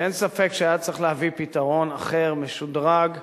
שאין ספק שהיה צריך להביא פתרון אחר, משודרג,